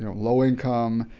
you know low income,